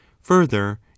further